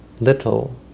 little